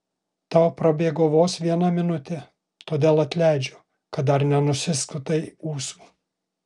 tau prabėgo vos viena minutė todėl atleidžiu kad dar nenusiskutai ūsų